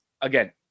again